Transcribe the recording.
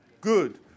good